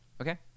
Okay